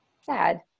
sad